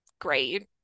great